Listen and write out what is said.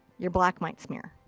your black might smear.